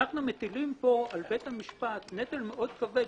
אנחנו מטילים פה על בית המשפט נטל מאוד כבד,